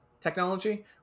technology